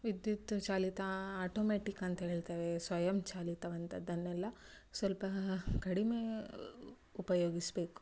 ವಿದ್ಯುಚ್ಛಾಲಿತ automatic ಅಂತ ಹೇಳ್ತೇವೆ ಸ್ವಯಂಚಾಲಿತವಂಥದ್ದನ್ನೆಲ್ಲ ಸ್ವಲ್ಪ ಕಡಿಮೆ ಉಪಯೋಗಿಸಬೇಕು